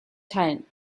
teilen